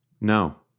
No